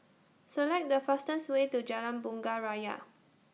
Select The fastest Way to Jalan Bunga Raya